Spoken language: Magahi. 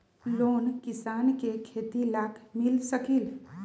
लोन किसान के खेती लाख मिल सकील?